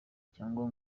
cyangwa